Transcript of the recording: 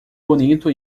bonito